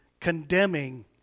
condemning